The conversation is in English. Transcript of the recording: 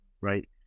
right